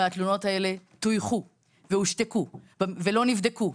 והתלונות האלה טויחו והושתקו ולא נבדקו,